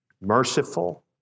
merciful